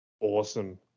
Awesome